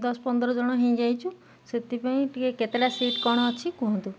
ଦଶ ପନ୍ଦର ଜଣ ହେଇଯାଇଁଚୁ ସେଥିପାଇଁ ଟିକେ କେତେଟା ସିଟ୍ କ'ଣ ଅଛି କୁହନ୍ତୁ